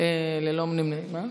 ללא נמנעים.